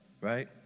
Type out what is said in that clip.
right